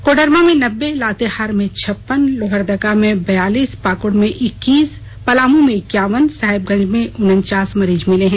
कोडरमा में नब्बे लातेहार में छप्पन लोहरदगा में बयालीस पाक्ड़ में इक्कीस पलामू में इक्यावन साहेबगंज में उनचास मरीज मिले हैं